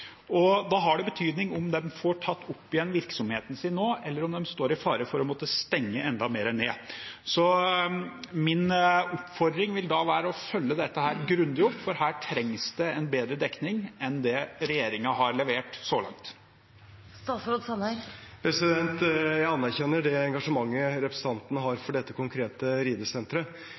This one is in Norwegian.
Da har det betydning om de får tatt opp igjen virksomheten sin nå, eller om de står i fare for å måtte stenge enda mer ned. Min oppfordring vil da være å følge dette grundig opp, for her trengs det en bedre dekning enn det regjeringen har levert så langt. Jeg anerkjenner det engasjementet representanten har for dette konkrete ridesenteret,